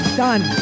done